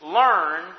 learn